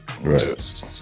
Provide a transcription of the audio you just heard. right